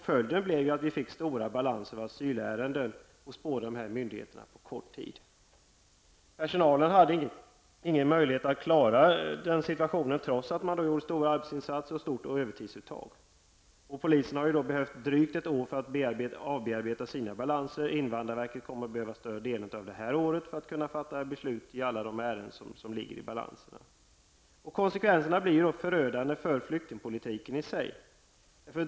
Följden blev att stora balanser asylärenden på kort tid byggdes upp hos båda myndigheterna. Personalen hade ingen möjlighet att klara situationen trots stora arbetsinsatser och ett omfattande övertidsuttag. Polisen i sin tur har behövt drygt ett år på sig för att bearbeta sina balanser. Invandrarverket kommer att behöva större delen av detta år för att fatta beslut i alla ärenden som ligger i balanserna. Konsekvenserna blir förödande för flyktingpolitiken i sig.